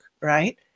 right